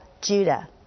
Judah